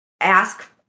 ask